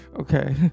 okay